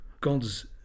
God's